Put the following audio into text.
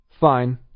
Fine